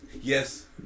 Yes